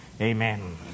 Amen